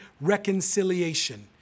reconciliation